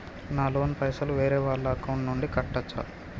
నా లోన్ పైసలు వేరే వాళ్ల అకౌంట్ నుండి కట్టచ్చా?